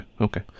okay